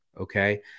Okay